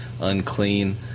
unclean